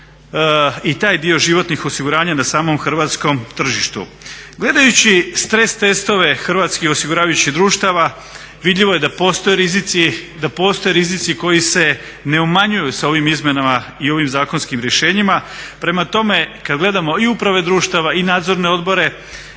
i taj dio životnih osiguranja na samom hrvatskom tržištu. Gledajući stres testove hrvatskih osiguravajućih društava vidljivo je da postoje rizici, da postoje rizici koji se ne umanjuju sa ovim izmjenama i ovim zakonskim rješenjima. Prema tome, kad gledamo i uprave društava, i nadzorne odbore